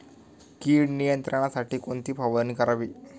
कीड नियंत्रणासाठी कोणती फवारणी करावी?